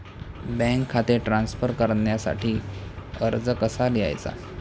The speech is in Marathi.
बँक खाते ट्रान्स्फर करण्यासाठी अर्ज कसा लिहायचा?